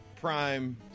Prime